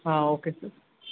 ಹಾಂ okay sir